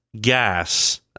gas